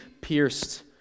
pierced